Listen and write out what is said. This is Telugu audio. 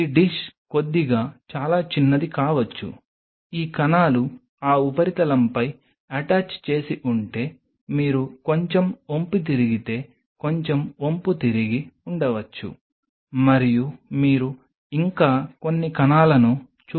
ఈ డిష్ కొద్దిగా చాలా చిన్నది కావచ్చు ఈ కణాలు ఆ ఉపరితలంపై అటాచ్ చేసి ఉంటే మీరు కొంచెం వంపుతిరిగితే కొంచెం వంపుతిరిగి ఉండవచ్చు మరియు మీరు ఇంకా కొన్ని కణాలను చూడలేరు